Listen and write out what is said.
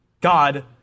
God